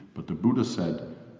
but the buddha said,